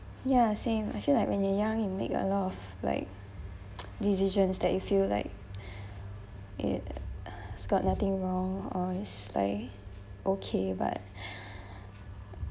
ya same I feel like when you're young you make a lot of like decisions that you feel like it uh got nothing wrong or is like okay but